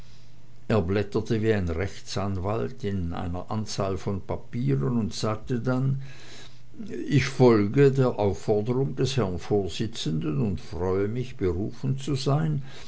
er blätterte wie ein rechtsanwalt in einer anzahl von papieren und sagte dann ich folge der aufforderung des herrn vorsitzenden und freue mich berufen zu sein